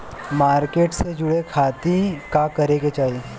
Market से जुड़े खाती का करे के चाही?